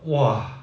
!wah!